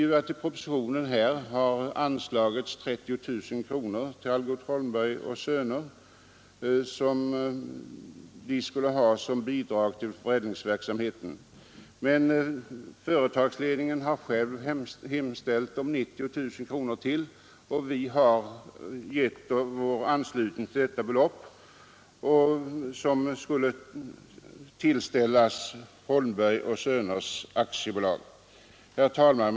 I propositionen har anslagits 30 000 kronor till Algot Holmberg och Söner AB som bidrag till förädlingsverksamheten. Men företagsledningen har själv hemställt om anslag på ytterligare 90 000 kronor. Vi har tillstyrkt yrkandet om detta belopp, som skall gå till verksamheten vid Algot Holmberg och Söner AB. Herr talman!